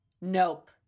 Nope